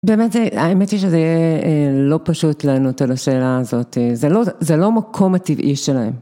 באמת זה, האמת היא שזה יהיה לא פשוט לענות על השאלה הזאת, זה לא המקום הטבעי שלהם.